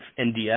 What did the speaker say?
NDS